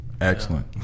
excellent